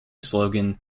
slogan